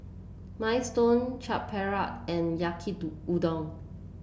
Minestrone Chaat Papri and Yaki Do Udon